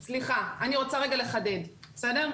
סליחה, אני רוצה רגע לחדד, בסדר?